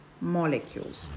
molecules